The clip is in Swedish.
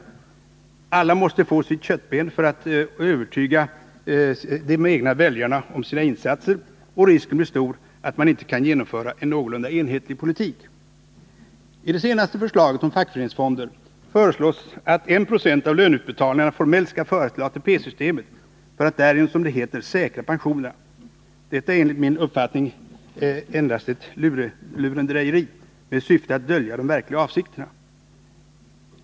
Varje parti måste få sitt köttben för att kunna övertyga de egna väljarna om sina insatser, och risken blir stor att man inte kan genomföra en någorlunda enhetlig politik. I det senaste förslaget om fackföreningsfonder föreslås att 196 av löneutbetalningarna formellt skall föras till ATP-systemet för att man därigenom, som det heter, skall säkra pensionerna. Detta är enligt min uppfattning endast ett lurendrejeri med syfte att dölja de verkliga avsikterna.